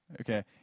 Okay